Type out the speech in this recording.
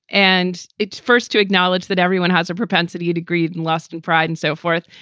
and it's first to acknowledge that everyone has a propensity to greed and less than pride and so forth.